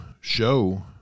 show